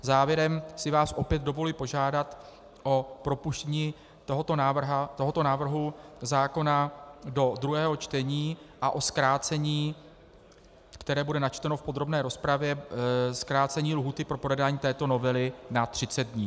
Závěrem si vás opět dovoluji požádat o propuštění tohoto návrhu zákona do druhého čtení a o zkrácení, které bude načteno v podrobné rozpravě, zkrácení lhůty pro projednání této novely na 30 dní.